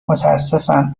متاسفم